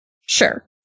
Sure